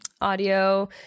audio